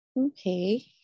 okay